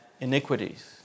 iniquities